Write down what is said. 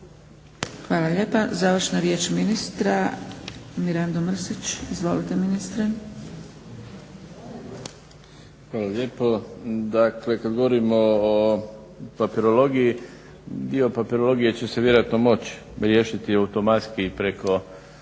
Hvala lijepa. Završna riječ ministra Mirando Mrsić. Izvolite ministre. **Mrsić, Mirando (SDP)** Hvala lijepo. Dakle kada govorimo o papirologiji, dio papirologije će se vjerojatno moći riješiti automatski preko